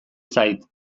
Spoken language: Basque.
zait